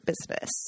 business